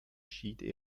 schied